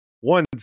one